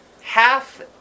half